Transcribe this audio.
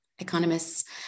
economists